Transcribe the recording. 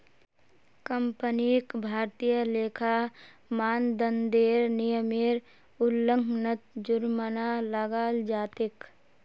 कंपनीक भारतीय लेखा मानदंडेर नियमेर उल्लंघनत जुर्माना लगाल जा तेक